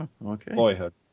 boyhood